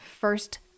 first